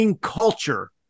culture